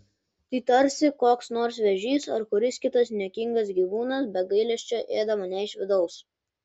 tai tarsi koks nors vėžys ar kuris kitas niekingas gyvūnas be gailesčio ėda mane iš vidaus